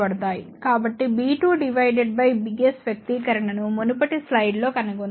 కాబట్టి b2 divided by bs వ్యక్తీకరణను మునుపటి స్లైడ్లో కనుగొన్నాము